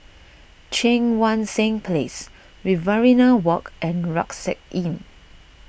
Cheang Wan Seng Place Riverina Walk and Rucksack Inn